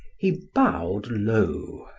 he bowed low,